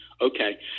Okay